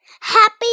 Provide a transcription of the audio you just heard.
Happy